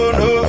no